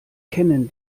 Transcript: kennen